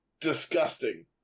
disgusting